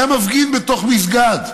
היה מפגין בתוך מסגד.